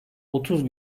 otuz